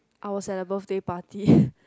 I was at a birthday party